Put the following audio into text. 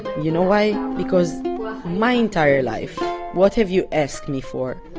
you know why? because my entire life what have you asked me for?